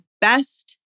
best